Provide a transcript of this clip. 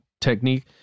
technique